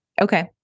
Okay